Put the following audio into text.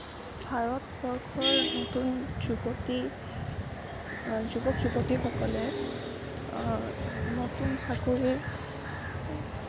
ভাৰতবৰ্ষৰ নতুন যুৱতী যুৱক যুৱতীসকলে নতুন চাকৰিৰ